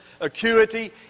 acuity